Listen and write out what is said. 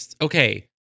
okay